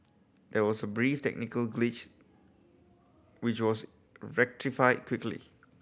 there was a brief technical glitch which was rectified quickly